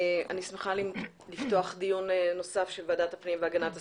אני שמחה לפתוח דיון נוסף של ועדת הפנים והגנת הסביבה.